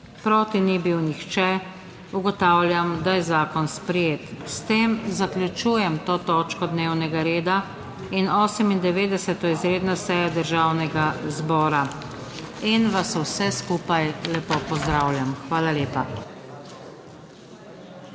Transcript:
(Proti nihče.) Ugotavljam, da je zakon sprejet. S tem zaključujem to točko dnevnega reda in 98. izredno sejo Državnega zbora in vas vse skupaj lepo pozdravljam. Hvala lepa.